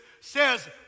says